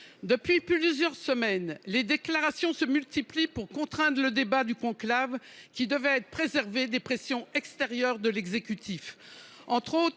depuis plusieurs semaines, les déclarations se succèdent pour contraindre le débat du conclave, qui devait pourtant être préservé des pressions extérieures de l’exécutif. Pour ne